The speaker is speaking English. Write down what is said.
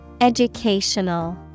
Educational